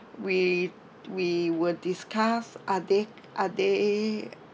we we will discuss are they are they